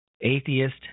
Atheist